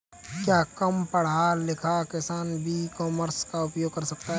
क्या कम पढ़ा लिखा किसान भी ई कॉमर्स का उपयोग कर सकता है?